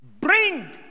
Bring